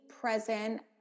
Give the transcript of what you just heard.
present